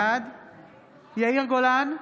בעד יאיר גולן,